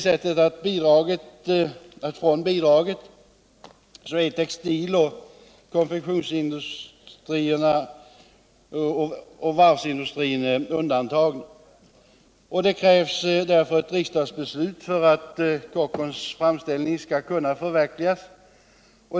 Men nu är textiloch konfektionsindustrierna och varvsindustrin undantagna från detta bidrag. Det krävs därför ett riksdagsbeslut för att Kockums framställning skall kunna förverkligas.